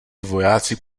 vojáci